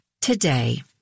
today